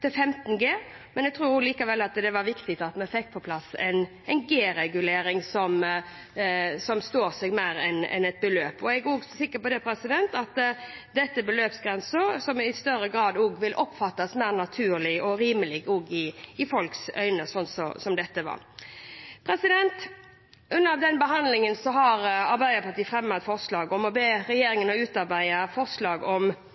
15 G. Men jeg tror likevel det var viktig at vi fikk på plass en G-regulering, som står seg mer enn et beløp. Jeg er også sikker på at dette er en beløpsgrense som i folks øyne i større grad vil oppfattes som mer naturlig og rimelig enn sånn den var. Under behandlingen har Arbeiderpartiet fremmet et forslag om å be regjeringen om